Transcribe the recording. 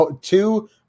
two